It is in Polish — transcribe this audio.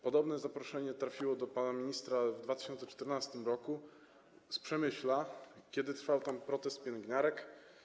Podobne zaproszenie trafiło do pana ministra w 2014 r. z Przemyśla, kiedy trwał tam protest pielęgniarek.